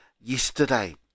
yesterday